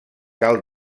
cal